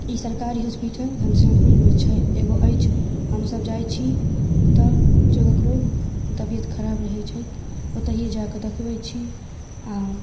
ई सरकारी हॉस्पिटल घनश्यामपुरमे छै एगो अछि हमसभ जाइ छी ओतऽ जँ ककरो तबिअत खराब रहै छै ओतहिए जाकऽ देखबै छी आओर